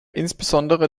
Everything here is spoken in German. insbesondere